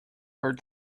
are